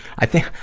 i think,